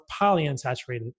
polyunsaturated